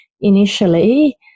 initially